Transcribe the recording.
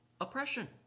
oppression